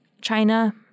China